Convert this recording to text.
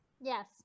Yes